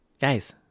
Guys